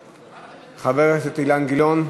מוותרת, חבר הכנסת אילן גילאון,